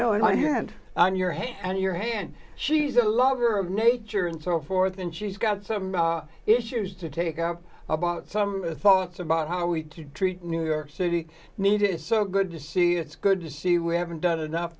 knowing my hand on your hand and your hand she's a lover of nature and so forth and she's got some issues to take up about some thoughts about how we treat new york city needed so good to see it's good to see we haven't done